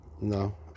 no